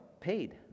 paid